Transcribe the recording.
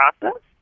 process